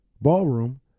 ballroom